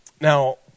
Now